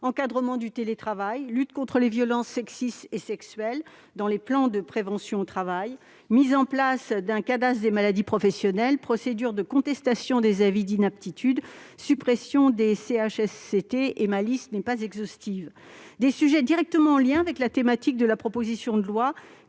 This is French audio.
l'encadrement du télétravail, de la lutte contre les violences sexistes et sexuelles dans le cadre des plans de prévention, de la mise en place d'un cadastre des maladies professionnelles, des procédures de contestation des avis d'inaptitude ou encore de la suppression des CHSCT- ma liste n'est pas exhaustive. Ces sujets sont directement en lien avec la thématique de cette proposition de loi.